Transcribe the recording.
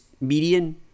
median